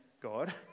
God